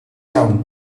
iawn